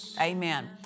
Amen